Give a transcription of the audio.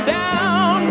down